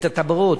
את הטבעות,